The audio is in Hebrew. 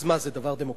אז מה, זה דבר דמוקרטי?